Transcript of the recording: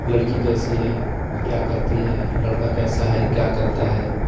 لڑکی کیسی ہے کیا کرتی ہے لڑکا کیسا ہے کیا کرتا ہے